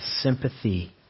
sympathy